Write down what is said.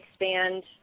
expand